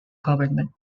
government